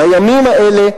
בימים האלה,